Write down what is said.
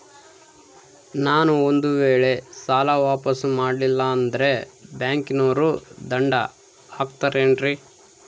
ನಾನು ಒಂದು ವೇಳೆ ಸಾಲ ವಾಪಾಸ್ಸು ಮಾಡಲಿಲ್ಲಂದ್ರೆ ಬ್ಯಾಂಕನೋರು ದಂಡ ಹಾಕತ್ತಾರೇನ್ರಿ?